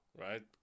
Right